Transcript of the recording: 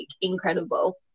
incredible